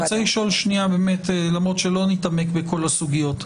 לא נתעמק בכל הסוגיות,